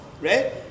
right